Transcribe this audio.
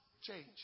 Change